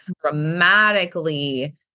dramatically